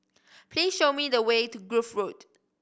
please show me the way to Grove Road